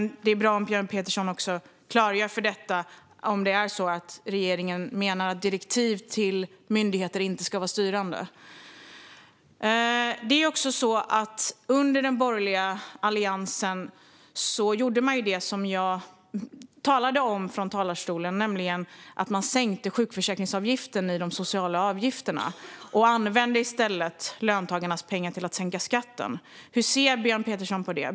Det vore bra om Björn Petersson kunde klargöra om regeringen menar att direktiv till myndigheter inte ska vara styrande. Under den borgerliga alliansen gjorde man det som jag talade om från talarstolen, nämligen sänkte sjukförsäkringsavgiften i de sociala avgifterna. Man använde i stället löntagarnas pengar till att sänka skatten. Hur ser Björn Petersson på detta?